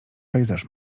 pejzaż